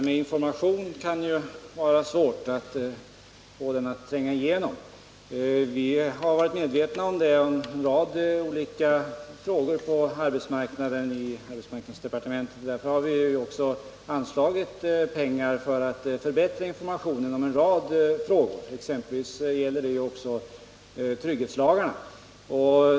Herr talman! Det kan ju vara svårt att få information att tränga igenom. Det har vi varit medvetna om i arbetsmarknadsdepartementet. Därför har vi också anslagit pengar för att förbättra informationen om en rad frågor på arbetsmarknaden. Det gällert.ex. trygghetslagarna.